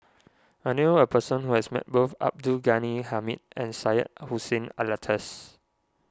I knew a person who has met both Abdul Ghani Hamid and Syed Hussein Alatas